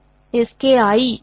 இவை எங்கே இந்த Ski என்ன